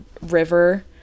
river